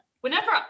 Whenever